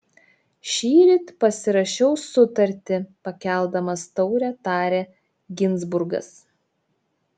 šįryt pasirašiau sutartį pakeldamas taurę tarė ginzburgas